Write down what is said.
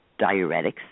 diuretics